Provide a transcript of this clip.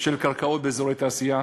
של קרקעות באזורי תעשייה,